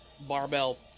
barbell